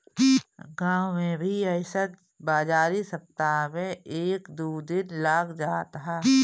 गांव में भी अइसन बाजारी सप्ताह में एक दू दिन लाग जात ह